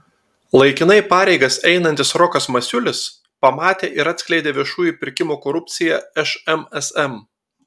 laikinai pareigas einantis rokas masiulis pamatė ir atskleidė viešųjų pirkimų korupciją šmsm